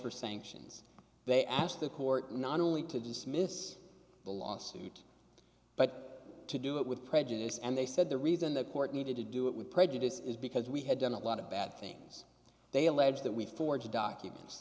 for sanctions they asked the court not only to dismiss the lawsuit but to do it with prejudice and they said the reason the court needed to do it with prejudice is because we had done a lot of bad things they allege that we forged documents